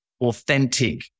authentic